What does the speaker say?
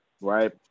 right